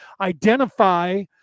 identify